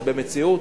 זה במציאות,